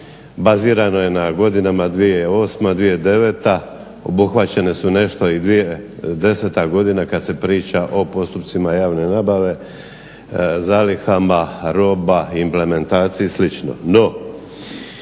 Bazirano je na godinama 2008., 2009. Obuhvaćene su i nešto 2010. godina kad se priča o postupcima javne nabave, zalihama roba, implementaciji i